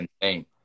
insane